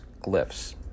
glyphs